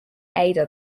ada